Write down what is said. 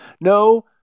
No